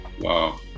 Wow